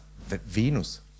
Venus